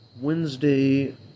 Wednesday